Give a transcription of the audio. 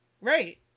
Right